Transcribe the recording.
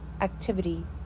Activity